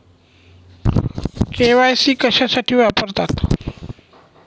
KYC कशासाठी वापरतात?